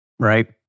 right